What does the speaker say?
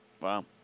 Wow